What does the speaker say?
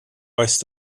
weißt